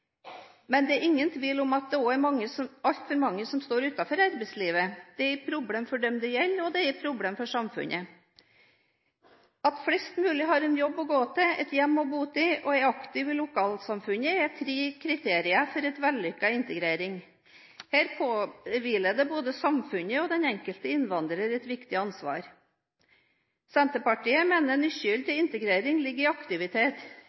men det er ingen tvil om at det også er altfor mange som står utenfor arbeidslivet. Det er et problem for dem det gjelder, og det er et problem for samfunnet. At flest mulig har en jobb å gå til, et hjem å bo i og er aktive i lokalsamfunnet er tre kriterier for en vellykket integrering. Her påhviler det både samfunnet og den enkelte innvandrer et viktig ansvar. Senterpartiet mener nøkkelen til integrering ligger i aktivitet